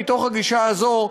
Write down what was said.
מתוך הגישה הזאת,